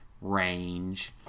range